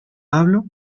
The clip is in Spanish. hablo